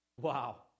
Wow